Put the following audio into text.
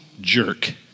jerk